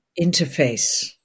interface